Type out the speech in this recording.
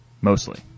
Mostly